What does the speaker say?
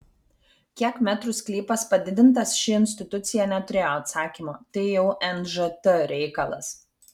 kiek metrų sklypas padidintas ši institucija neturėjo atsakymo tai jau nžt reikalas